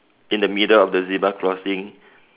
in the middle of the zebra crossing